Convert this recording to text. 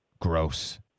gross